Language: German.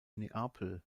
neapel